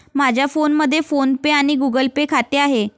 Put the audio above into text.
माझ्या फोनमध्ये PhonePe आणि गुगल पे खाते आहे